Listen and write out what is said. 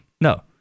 No